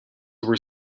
were